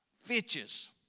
Fitches